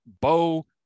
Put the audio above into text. Bo